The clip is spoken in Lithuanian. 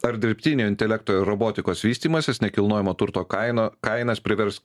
ar dirbtinio intelekto ir robotikos vystymasis nekilnojamo turto kainą kainas privers